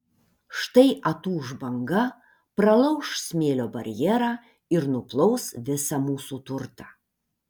štai atūš banga pralauš smėlio barjerą ir nuplaus visą mūsų turtą